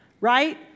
right